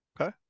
Okay